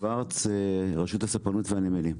ירון שוורץ, רשות הספנות והנמלים.